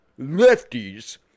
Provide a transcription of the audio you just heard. lefties